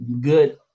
Good